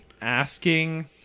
asking